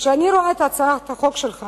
כשאני רואה את הצעת החוק שלך,